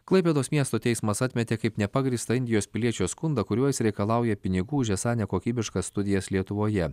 klaipėdos miesto teismas atmetė kaip nepagrįstą indijos piliečio skundą kuriuo jis reikalauja pinigų už esą nekokybiškas studijas lietuvoje